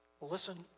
Listen